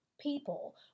people